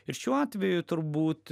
ir šiuo atveju turbūt